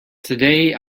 today